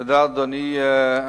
תודה, אדוני.